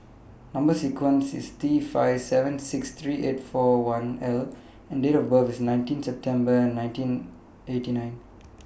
Number sequence IS T five seven six three eight four one L and Date of birth IS nineteen September nineteen eighty nine